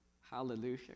hallelujah